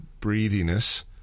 breathiness